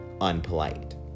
unpolite